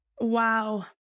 Wow